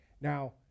Now